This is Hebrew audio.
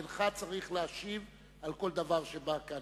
אינך צריך להשיב על כל דבר שבא כאן.